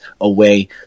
away